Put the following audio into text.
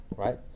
Right